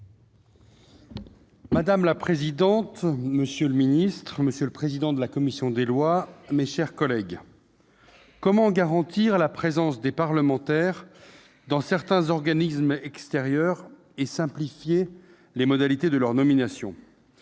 Madame la présidente, monsieur le secrétaire d'État, monsieur le président de la commission des lois, mes chers collègues, comment garantir la présence des parlementaires dans certains organismes extérieurs et simplifier les modalités de leur nomination ?